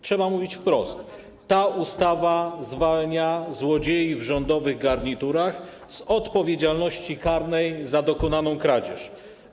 Trzeba mówić wprost: ta ustawa zwania złodziei w rządowych garniturach z odpowiedzialności karnej za dokonaną kradzież.